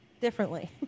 differently